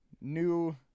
new